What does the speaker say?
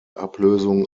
ablösung